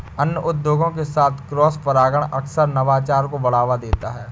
अन्य उद्योगों के साथ क्रॉसपरागण अक्सर नवाचार को बढ़ावा देता है